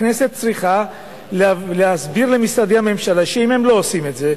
הכנסת צריכה להסביר למשרדי הממשלה שאם הם לא עושים את זה,